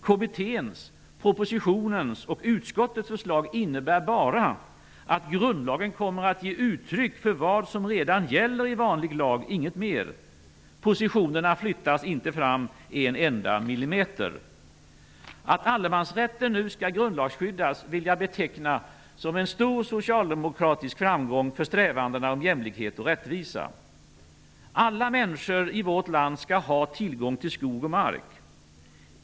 Kommitténs, propositionens och utskottets förslag innebär bara att grundlagen kommer att ge uttryck för vad som redan gäller i vanlig lag, inget mer. Positionerna flyttas inte fram en enda millimeter. Att allemansrätten nu skall grundlagsskyddas vill jag beteckna som en stor socialdemokratisk framgång för strävandena mot jämlikhet och rättvisa. Alla människor i vårt land skall ha tillgång till skog och mark.